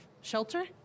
shelter